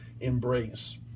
embrace